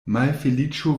malfeliĉo